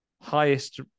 highest